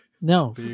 No